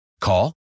Call